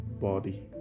body